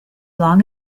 long